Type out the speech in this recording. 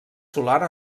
solar